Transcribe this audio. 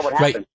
right